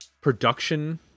production